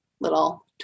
little